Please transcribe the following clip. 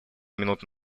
минуту